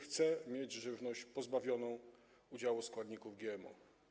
Chce mieć żywność pozbawioną udziału składników GMO.